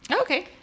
okay